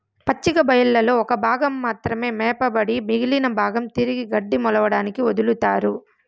పచ్చిక బయళ్లలో ఒక భాగం మాత్రమే మేపబడి మిగిలిన భాగం తిరిగి గడ్డి మొలవడానికి వదులుతారు